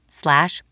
slash